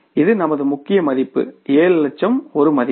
இது நமது முக்கிய மதிப்பு 7 லட்சம் ஒரு மதிப்பு